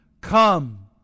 come